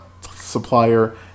supplier